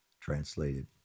translated